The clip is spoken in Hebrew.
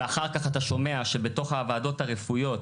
ואחר כך אתה שומע שבתוך הוועדות הרפואיות